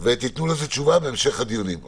כי בסוף הכתובת, השם, פרטים ושם